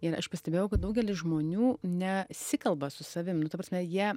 ir aš pastebėjau kad daugelis žmonių nesikalba su savim nu ta prasme jie